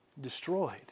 destroyed